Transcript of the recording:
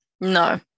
No